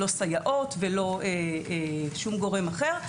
לא סייעות ולא שום גורם אחר,